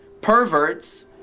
perverts